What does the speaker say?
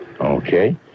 Okay